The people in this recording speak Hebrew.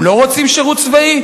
הם לא רוצים שירות צבאי?